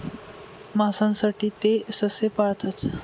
मांसासाठी ते ससे पाळतात